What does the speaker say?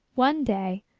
one day,